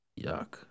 Yuck